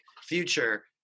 future